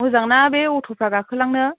मोजांना बे अट'फ्रा गाखोलांनो